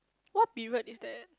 what period is that